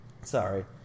Sorry